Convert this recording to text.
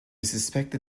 suspect